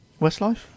Westlife